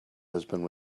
husband